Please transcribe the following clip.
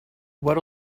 what